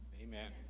Amen